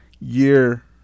year